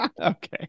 Okay